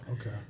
okay